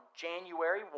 January